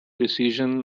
precision